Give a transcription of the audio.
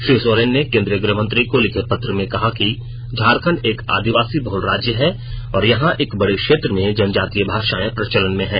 श्री सोरेन ने केंद्रीय गृहमंत्री को लिखे पत्र में कहा है कि झारखंड एक आदिवासी बहुल राज्य है और यहां एक बड़े क्षेत्र में जनजातीय भाषाएं प्रचलन में है